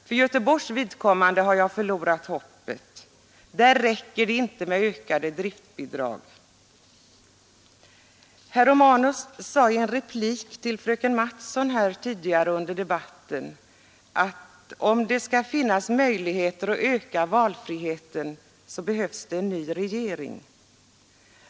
För Göteborgs vidkommande har jag förlorat hoppet. Där räcker det inte med ökade driftbidrag. Herr Romanus sade i en replik till fröken Mattson tidigare i debatten att det, om det skall finnas möjligheter att öka valfriheten, behövs en ny regering.